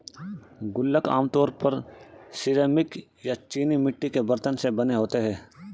गुल्लक आमतौर पर सिरेमिक या चीनी मिट्टी के बरतन से बने होते हैं